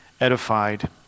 edified